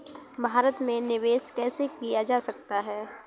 भारत में निवेश कैसे किया जा सकता है?